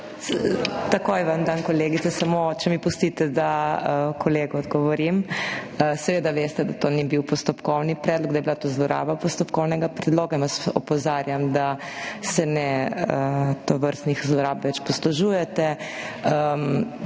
Takoj vam dam besedo, kolegica, samo če mi pustite, da kolegu odgovorim. Seveda veste, da to ni bil postopkovni predlog, da je bila to zloraba postopkovnega predloga, zato vas opozarjam, da se tovrstnih zlorab ne poslužujete